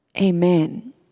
amen